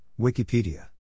Wikipedia